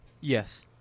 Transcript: Yes